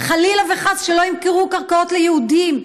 חלילה וחס שלא ימכרו קרקעות ליהודים,